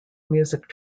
music